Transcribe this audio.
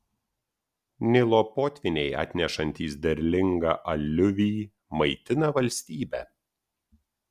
nilo potvyniai atnešantys derlingą aliuvį maitina valstybę